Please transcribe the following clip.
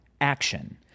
action